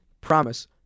promise